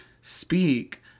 speak